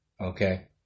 Okay